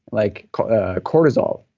like cortisol.